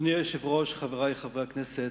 אדוני היושב-ראש, חברי חברי הכנסת,